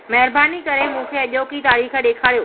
महिरबानी करे मूंखे अॼोकी तारीख़ ॾेखारियो